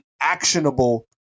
actionable